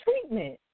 treatment